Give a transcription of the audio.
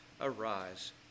Arise